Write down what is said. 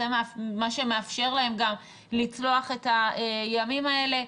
זה מה שמאפשר להם גם לצלוח את הימים האלה.